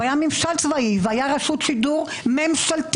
היה ממשל צבאי והייתה רשות שידור ממשלתית,